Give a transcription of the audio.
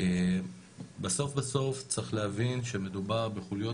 בסוף בסוף צריך להבין שמדובר בחוליות